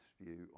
view